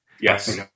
Yes